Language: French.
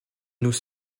nous